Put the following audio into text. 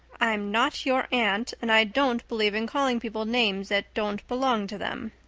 i'm not your aunt and i don't believe in calling people names that don't belong to them.